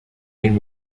rain